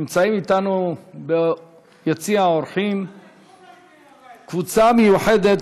נמצאת אתנו ביציע האורחים קבוצה מיוחדת